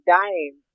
dying